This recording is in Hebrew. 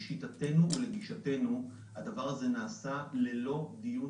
לשיטתנו ולגישתנו הדבר הזה נעשה ללא דיון